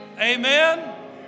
Amen